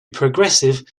progressive